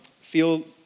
feel